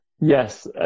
Yes